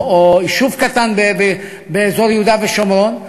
או יישוב קטן באזור יהודה ושומרון,